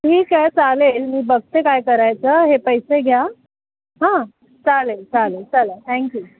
ठीक आहे चालेल मी बघते काय करायचं हे पैसे घ्या हा चालेल चालेल चला थँक्यू